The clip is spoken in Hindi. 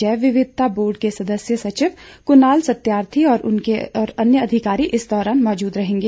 जैव विविधता बोर्ड के सदस्य सचिव कुनाल सत्यार्थी और अन्य अधिकारी इस दौरान मौजूद रहेंगे